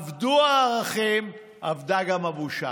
אבדו הערכים, אבדה גם הבושה.